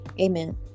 Amen